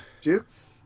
Jukes